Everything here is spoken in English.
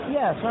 yes